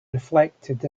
reflected